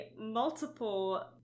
multiple